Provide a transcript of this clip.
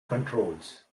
controls